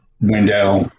window